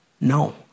no